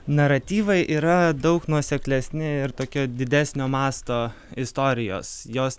naratyvai yra daug nuoseklesni ir tokio didesnio masto istorijos jos